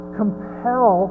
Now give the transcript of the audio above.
compel